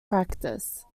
practice